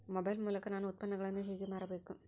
Mobile ಮೂಲಕ ನಾನು ಉತ್ಪನ್ನಗಳನ್ನು ಹೇಗೆ ಮಾರಬೇಕು?